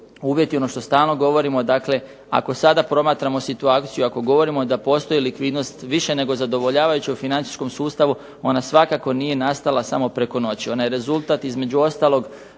uvjeti ono što stalno govorimo. Dakle ako sada promatramo situaciju, ako govorimo da postoji likvidnost više nego zadovoljavajuća u financijskom sustavu ona svakako nije nastala samo preko noći. Ona je rezultat između ostalog